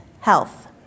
health